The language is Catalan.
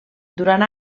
durant